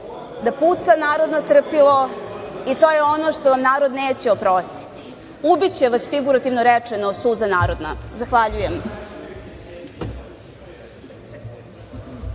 da puca narodno trpilo i to je ono što narod neće oprostiti, ubiće vas figurativno rečeno suza narodna. Zahvaljujem.